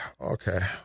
okay